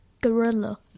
gorilla